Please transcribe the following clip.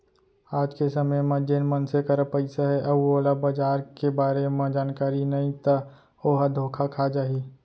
आज के समे म जेन मनसे करा पइसा हे अउ ओला बजार के बारे म जानकारी नइ ता ओहा धोखा खा जाही